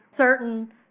certain